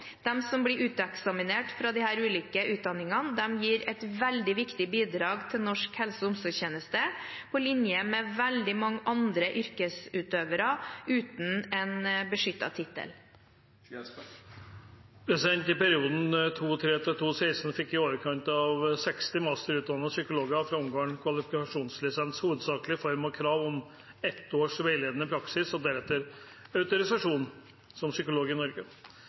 som blir uteksaminert fra disse ulike utdanningene, gir et veldig viktig bidrag til norsk helse- og omsorgstjeneste, på linje med veldig mange andre yrkesutøvere uten en beskyttet tittel. I perioden 2003–2016 fikk i overkant av 60 masterutdannede psykologer fra Ungarn kvalifikasjonslisens, hovedsakelig i form av krav om ett års veiledende praksis og deretter autorisasjon som psykolog i Norge.